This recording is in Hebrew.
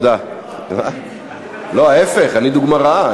לא, ההפך, אני דוגמה רעה.